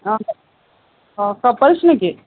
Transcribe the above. অ অ কপলছ নেকি